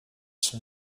son